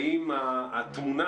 האם התמונה,